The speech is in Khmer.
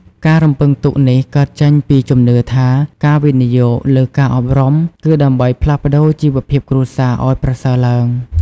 ការរំពឹងទុកនេះកើតចេញពីជំនឿថា ការវិនិយោគលើការអប់រំគឺដើម្បីផ្លាស់ប្តូរជីវភាពគ្រួសារឱ្យប្រសើរឡើង។